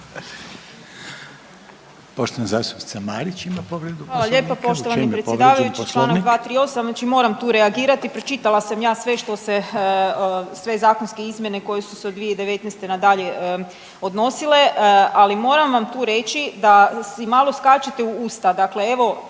Poštovana zastupnica Marić ima povredu poslovnika.